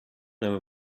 never